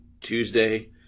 Tuesday